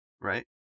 right